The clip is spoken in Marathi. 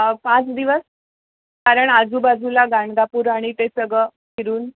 पाच दिवस कारण आजूबाजूला गाणगापूर आणि ते सगळं फिरून